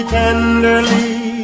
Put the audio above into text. tenderly